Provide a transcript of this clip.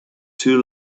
too